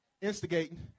Instigating